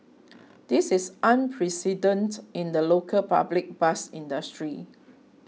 this is unprecedented in the local public bus industry